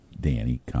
Danny